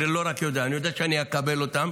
אני לא יודע רק, אני יודע שאני אקבל אותן,